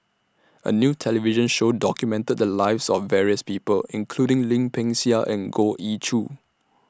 A New television Show documented The Lives of various People including Lim Peng Siang and Goh Ee Choo